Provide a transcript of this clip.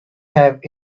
have